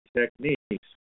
techniques